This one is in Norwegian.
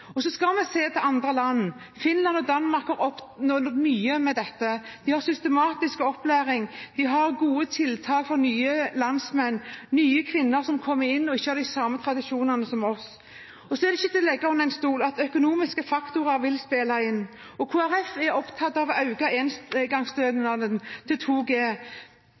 prevensjon. Så skal vi se til andre land. Finland og Danmark har oppnådd mye med dette. De har systematisk opplæring, de har gode tiltak for nye landsmenn – for kvinner som kommer, og som ikke har de samme tradisjonene som oss. Det er ikke til å stikke under stol at økonomiske faktorer vil spille inn. Kristelig Folkeparti er opptatt av å øke engangsstønaden til 2 G.